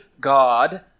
god